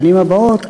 השנים הבאות,